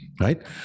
Right